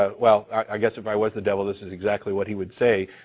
ah well, i guess if i was the devil, this is exactly what he would say.